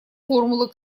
формулы